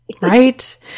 right